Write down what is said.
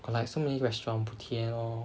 got like so many restaurants Putien all